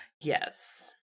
Yes